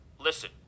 listen